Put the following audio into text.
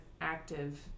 active